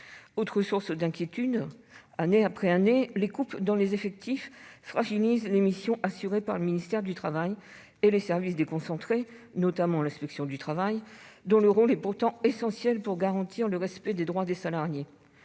Autre source d'inquiétude : année après année, les coupes dans les effectifs fragilisent les missions assurées par le ministère du travail et les services déconcentrés, notamment l'inspection du travail, dont le rôle est pourtant essentiel pour garantir le respect des droits des salariés.